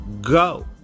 go